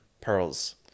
pearls